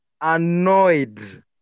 annoyed